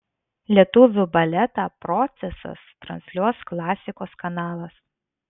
lietuvių baletą procesas transliuos klasikos kanalas